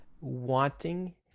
wanting